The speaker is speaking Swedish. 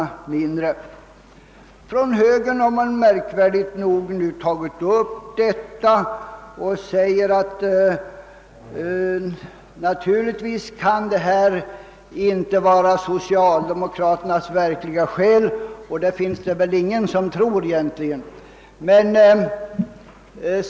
Från högerhåll har man nu märkligt nog tagit upp denna fråga och framhållit att detta naturligtvis inte var socialdemokraternas verkliga skäl, och det är väl egentligen inte heller någon som tror detta.